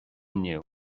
inniu